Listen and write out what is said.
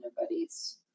nobody's